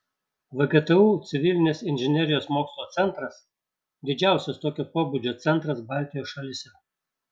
vgtu civilinės inžinerijos mokslo centras didžiausias tokio pobūdžio centras baltijos šalyse